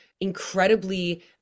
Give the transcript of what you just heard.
incredibly